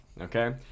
okay